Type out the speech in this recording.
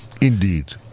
Indeed